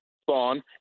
spawn